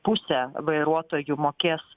pusė vairuotojų mokės